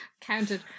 counted